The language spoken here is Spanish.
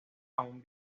aún